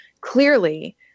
clearly